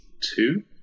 Two